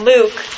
Luke